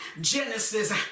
Genesis